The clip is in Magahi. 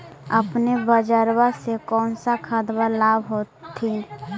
अपने बजरबा से कौन सा खदबा लाब होत्थिन?